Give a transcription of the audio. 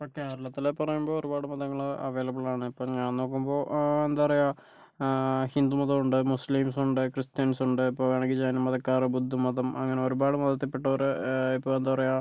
ഇപ്പോൾ കേരളത്തിൽ പറയുമ്പോൾ ഒരുപാട് മതങ്ങള് അവൈലബിളാണ് ഇപ്പോൾ ഞാൻ നോക്കുമ്പോൾ എന്താ പറയുക ഹിന്ദുമതമുണ്ട് മുസ്ലിംസുണ്ട് ക്രിസ്ത്യൻസുണ്ട് ഇപ്പോൾ വേണമെങ്കിൽ ജൈനമതക്കാർ ബുദ്ധമതം അങ്ങനെ ഒരുപാട് മതത്തിൽപ്പെട്ടവര് ഇപ്പോൾ എന്താ പറയുക